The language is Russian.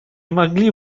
могли